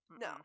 no